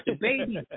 baby